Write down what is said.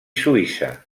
suïssa